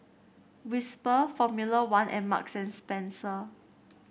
Whisper Formula One and Marks and Spencer